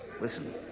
Listen